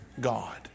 God